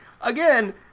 Again